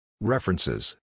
References